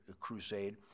crusade